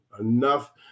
enough